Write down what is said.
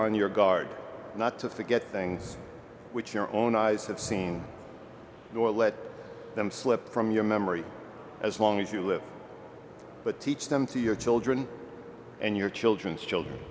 on your guard not to forget things which your own eyes have seen nor let them slip from your memory as long as you live but teach them to your children and your children's children